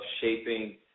shaping